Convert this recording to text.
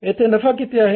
येथे नफा किती आहे